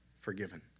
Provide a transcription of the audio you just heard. forgiven